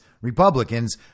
Republicans